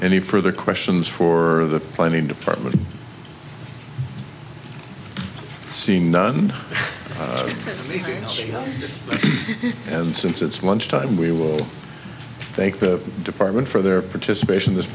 any further questions for the planning department see none and since it's lunch time we will thank the department for their participation this